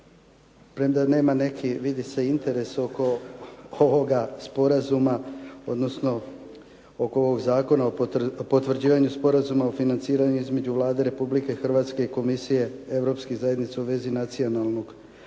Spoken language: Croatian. premda nema neki, vidi se, interes oko ovoga sporazuma, odnosno oko ovoga Zakona o potvrđivanju sporazuma o financiranju između Vlade Republike Hrvatske i Komisije Europskih zajednica u vezi nacionalnog